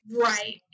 Right